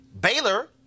Baylor